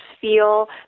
feel